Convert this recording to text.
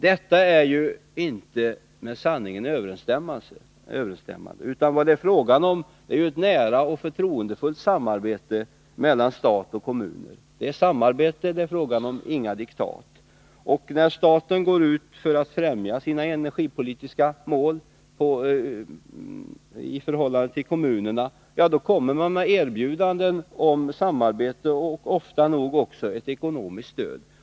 Detta är ju inte med sanningen överensstämmande! Vad det är fråga om är ett nära och förtroendefullt samarbete mellan stat och kommun. Det är samarbete det är fråga om, inga diktat. När staten går ut för att främja sina energipolitiska mål i förhållande till kommunerna kommer man med erbjudanden om samarbete, och ofta nog också ett ekonomiskt stöd.